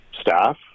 staff